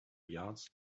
yards